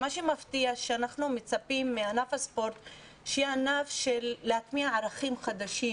מענפי הספורט אנחנו דווקא מצפים להטמיע ערכים חדשים